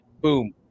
boom